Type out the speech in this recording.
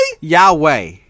Yahweh